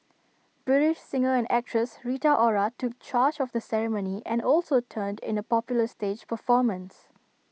British singer and actress Rita Ora took charge of the ceremony and also turned in A popular stage performance